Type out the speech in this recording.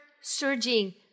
surging